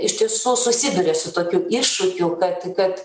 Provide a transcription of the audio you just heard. iš tiesų susiduria su tokiu iššūkiu kad kad